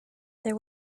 there